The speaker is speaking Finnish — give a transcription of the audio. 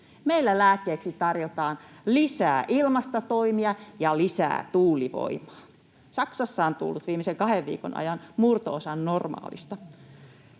Meillä lääkkeeksi tarjotaan lisää ilmastotoimia ja lisää tuulivoimaa. Saksassa on tuullut viimeisen kahden viikon ajan murto-osan normaalista.